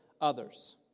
others